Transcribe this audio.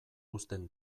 uzten